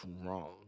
wrong